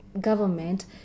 government